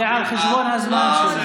זה על חשבון הזמן שלך.